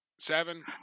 Seven